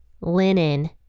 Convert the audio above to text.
linen